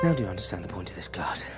do you understand the point of this class?